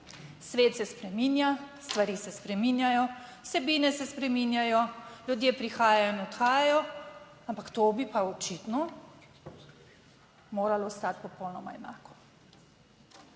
svet se spreminja, stvari se spreminjajo, vsebine se spreminjajo, ljudje prihajajo in odhajajo, ampak to bi pa očitno moralo ostati popolnoma enako,